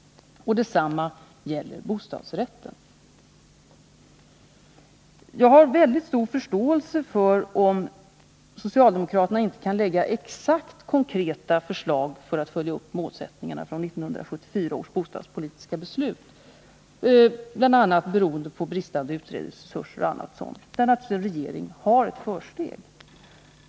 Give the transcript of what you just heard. Detsamma gäller bostadsrätter. Jag har stor förståelse för att socialdemokraterna inte kan framlägga Nr 51 exakta och konkreta förslag för att följa upp målsättningarna från 1974 års bostadspolitiska beslut, beroende bl.a. på bristande utredningsresurser — där har naturligtvis en regering ett försteg.